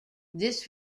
this